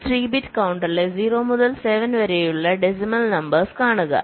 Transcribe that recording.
ഒരു 3 ബിറ്റ് കൌണ്ടറിലെ 0 മുതൽ 7 വരെയുള്ള ഡെസിമൽ നമ്പേഴ്സ് കാണുക